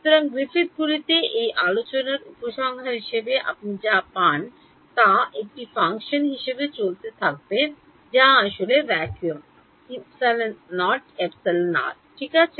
সুতরাং গ্রিফিথগুলিতে এই আলোচনার উপসংহার হিসাবে আপনি যা পান তা তাই এটি একটি ফাংশন হিসাবে চলতে হবে যা আসলে ভ্যাকুয়াম ε0εr ঠিক আছে